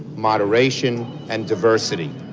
moderation and diversity.